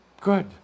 Good